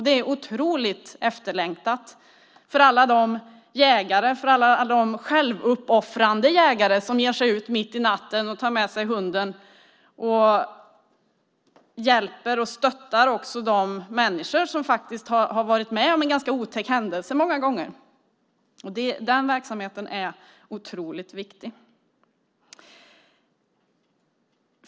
Det är otroligt efterlängtat för alla de självuppoffrande jägare som ger sig ut mitt i natten och tar med sig hunden för att hjälpa till och även för att stötta de människor som faktiskt många gånger har varit med om en ganska otäck händelse. Den verksamheten är otroligt viktig.